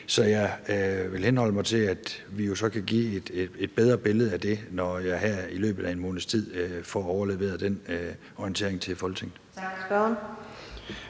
Så jeg vil henholde mig til, at jeg jo kan give et bedre billede af det til Folketinget, når jeg her i løbet af en måneds tid får overleveret den orientering. Kl.